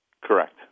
Correct